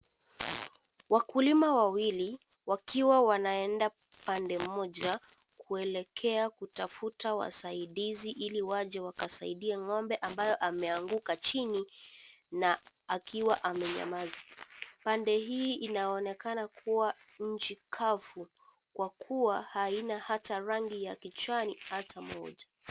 Wakulima wawili wakiwa wanaenda pande mmoja kuelekea kutafuta wasaidizi ili waje wakasaidie ngombe ambaye ameanguka chini na akiwa amenyamaza , pande hii inaonekana kuwa nchi kavu kwa kuwa haina hata rangi ya kijani hata moja.